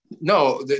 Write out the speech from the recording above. No